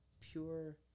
Pure